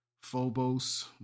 Phobos